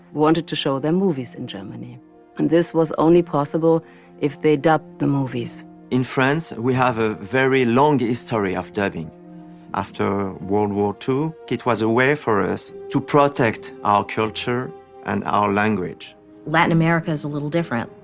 wanted to show their movies in germany, and this was only possible if they dubbed the movies in france we have a very long history of dubbing after world war ii it was a way for us to protect our culture and our language latin america is a little different,